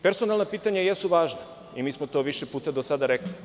Personalna pitanja jesu važna i mi smo to više puta do sada rekli.